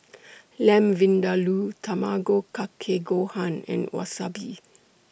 Lamb Vindaloo Tamago Kake Gohan and Wasabi